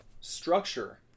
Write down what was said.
structure